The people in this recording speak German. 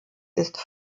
ist